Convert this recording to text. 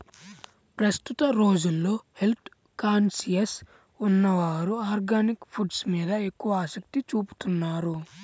ప్రస్తుత రోజుల్లో health conscious ఉన్నవారు ఆర్గానిక్ ఫుడ్స్ మీద ఎక్కువ ఆసక్తి చూపుతున్నారు